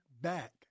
back